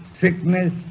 sickness